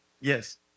yes